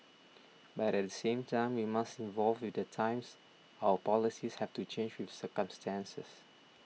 but at the same time we must evolve with the times our policies have to change with circumstances